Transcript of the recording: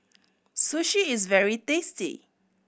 sushi is very tasty